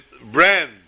brand